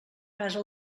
casa